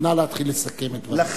נא להתחיל לסכם את דבריך.